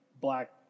black